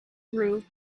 groove